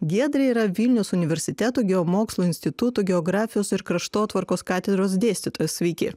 giedrė yra vilniaus universiteto geomokslų instituto geografijos ir kraštotvarkos katedros dėstytoja sveiki